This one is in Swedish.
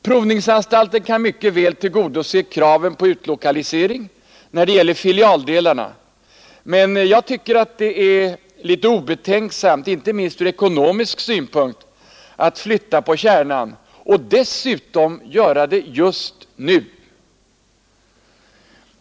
Provningsanstalten kan mycket väl tillgodose kraven på utlokalisering när det gäller filialdelarna, men jag tycker det är litet obetänksamt, inte minst från ekonomisk synpunkt, att flytta på kärnan och dessutom göra det just nu.